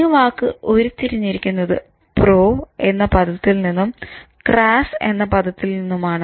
ഈ വാക്ക് ഉരുത്തിരിഞ്ഞിരിക്കുന്നത് "പ്രോ" എന്ന പദത്തിൽ നിന്നും "ക്രാസ്സ്" എന്ന പദത്തിൽ നിന്നുമാണ്